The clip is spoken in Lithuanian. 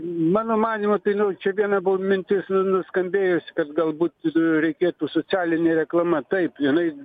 mano manymu tai nu čia viena buvo mintis nu nuskambėjus kad galbūt reikėtų socialinė reklama taip jinai